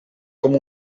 com